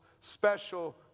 special